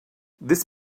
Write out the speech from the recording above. this